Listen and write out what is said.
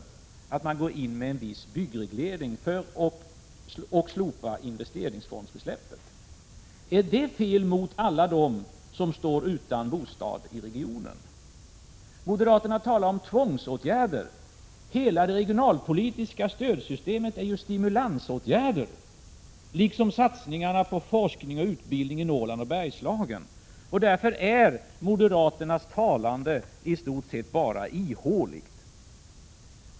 Förslaget innebär att man går in med en viss byggreglering och slopar investeringsfondsfrisläppet. Är detta felaktigt med tanke på alla som står utan bostad i regionen? Moderaterna talade om tvångsåtgärder. Hela det regionalpolitiska stödsystemet utgörs ju av stimulansåtgärder, liksom satsningarna på forskning och utbildning i Norrland och Bergslagen. Därför är moderaternas tal i stort sett ihåligt.